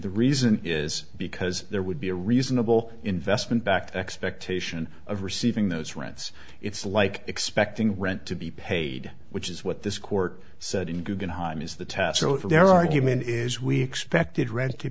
the reason is because there would be a reasonable investment back to expectation of receiving those rents it's like expecting rent to be paid which is what this court said in guggenheim is the test so if their argument is we expected read to